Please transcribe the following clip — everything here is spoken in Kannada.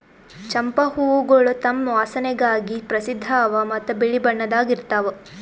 ಚಂಪಾ ಹೂವುಗೊಳ್ ತಮ್ ವಾಸನೆಗಾಗಿ ಪ್ರಸಿದ್ಧ ಅವಾ ಮತ್ತ ಬಿಳಿ ಬಣ್ಣದಾಗ್ ಇರ್ತಾವ್